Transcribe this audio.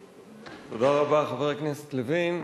הייתי בצד השני, תודה רבה, חבר הכנסת לוין.